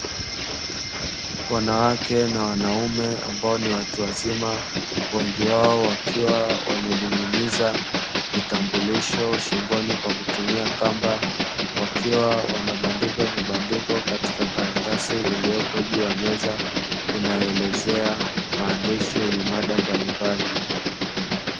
Wanawake na wanaume ambao ni watu wazima, wengi wao wakiwa wamening'iniza vitambulisho shingoni kwa kutumia kamba wakiwa wanabandika vibandiko katika karatasi iliyopo juu ya meza inayoelezea maandishi yenye mada mbalimbali.